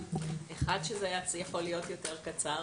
אחד, שזה היה יכול להיות יותר קצר.